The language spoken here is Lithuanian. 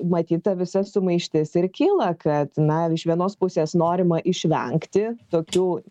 matyt ta visa sumaištis ir kyla kad na iš vienos pusės norima išvengti tokių